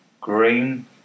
green